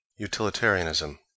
Utilitarianism